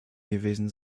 gewesen